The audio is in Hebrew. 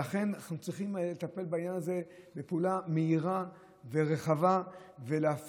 לכן אנחנו צריכים לטפל בעניין הזה בפעולה מהירה ורחבה ולהפעיל